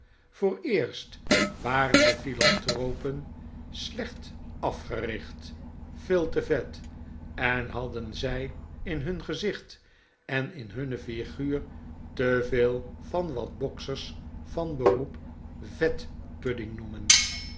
waren de philanthropen slecht afgericht veel te vet en hadden zjj in hun gezicht en in hunne figuur te veel van wat boksers van beroep vetpudding noemen